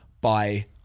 by-